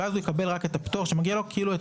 ואז הוא יקבל רק את הפטור שמגיע לו כאילו היה